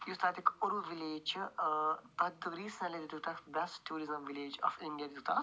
یُس تَتیٛک أرو وِلیج چھُ ٲں تَتھ دِتُکھ ریسیٚنٹلی دِتُکھ تَتھ best tourism village of India دِتُکھ تَتھ